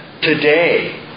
Today